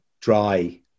dry